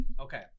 Okay